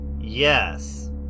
Yes